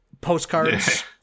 Postcards